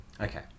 Okay